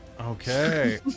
okay